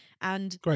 Great